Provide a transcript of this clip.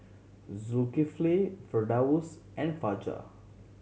Zulkiflay Firdaus and Fajar